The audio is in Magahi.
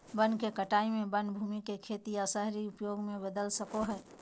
वन के कटाई में वन भूमि के खेत या शहरी उपयोग में बदल सको हइ